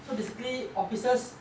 so basically officers